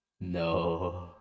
No